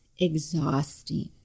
exhausting